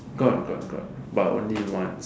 got got got but only one